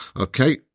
Okay